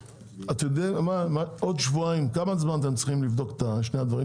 כמה זמן אתם צריכים לבדוק את שני הדברים,